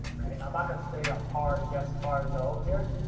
i'm not gonna say a hard yes, hard no, here.